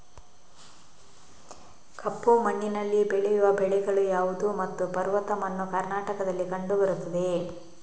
ಕಪ್ಪು ಮಣ್ಣಿನಲ್ಲಿ ಬೆಳೆಯುವ ಬೆಳೆಗಳು ಯಾವುದು ಮತ್ತು ಪರ್ವತ ಮಣ್ಣು ಕರ್ನಾಟಕದಲ್ಲಿ ಕಂಡುಬರುತ್ತದೆಯೇ?